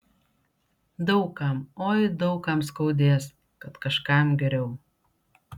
daug kam oi daug kam skaudės kad kažkam geriau